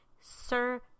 sir